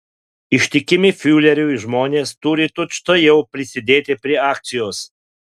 ištikimi fiureriui žmonės turi tučtuojau prisidėti prie akcijos